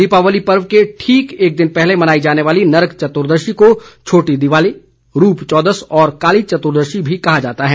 दीपावली पर्व के ठीक एक दिन पहले मनाई जाने वाली नरक चतुर्दशी को छोटी दिवाली रूप चौदस और काली चतुर्दशी भी कहा जाता है